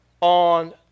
on